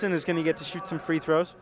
sen is going to get to shoot some free throws